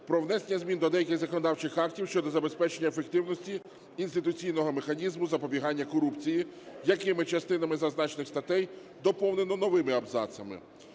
"Про внесення змін до деяких законодавчих актів щодо забезпечення ефективності інституційного механізму запобігання корупції", яким частини зазначених статей доповнено новими абзацами.